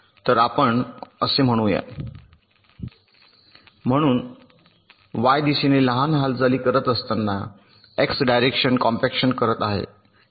तर आपण असे म्हणूया वाय दिशेने लहान हालचाली करत असताना एक्स डायरेक्शन कॉम्पॅक्शन करत आहे